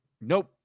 nope